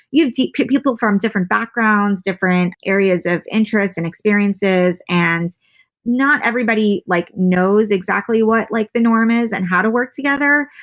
you have people from different backgrounds, different areas of interest and experiences and not everybody like knows exactly what like the norm is and how to work together.